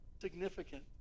significant